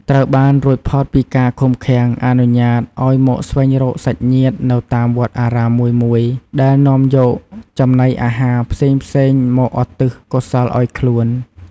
ត្រូវបានរួចផុតពីការឃុំឃាំង អនុញ្ញាតឲ្យមកស្វែងរកសាច់ញាតិនៅតាមវត្តអារាមមួយៗ ដែលនាំយកចំណីអាហារផ្សេងៗ មកឧទ្ទិសកុសលឲ្យខ្លួន។